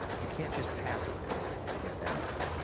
you can't just pass a bill to get that done.